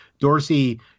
Dorsey